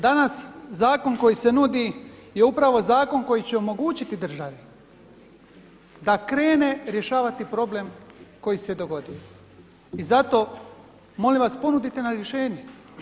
Danas zakon koji se nudi je upravo zakon koji će omogućiti državi da krene rješavati problem koji se dogodio i zato molim vas ponudite rješenje.